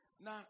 Now